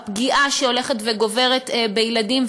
הפגיעה ההולכת וגוברת בילדים,